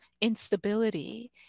instability